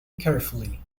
carefully